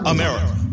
America